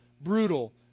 brutal